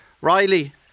Riley